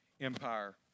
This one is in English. Empire